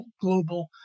global